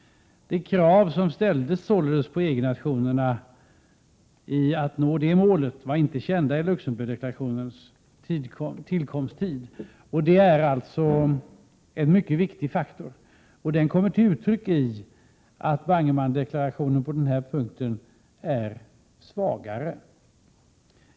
De krav som ställdes på EG-nationerna när det gällde att nå detta mål var inte kända vid Luxemburgdeklarationens tillkomst. Det är alltså en mycket viktig faktor. Den kommer till uttryck i att Bangemann-deklarationen på den här punkten är svagare.